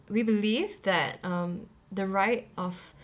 we believe that um the right of